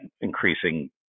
increasing